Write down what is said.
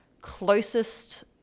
closest